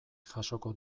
jasoko